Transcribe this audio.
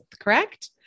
correct